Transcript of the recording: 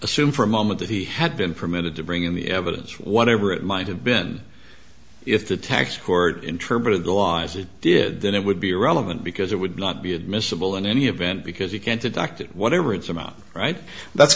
assume for a moment that he had been permitted to bring in the evidence whatever it might have been if the tax court interpreted the law as it did then it would be irrelevant because it would not be admissible in any event because you can't deduct whatever it's about right that's